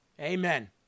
Amen